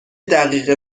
دقیقه